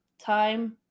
time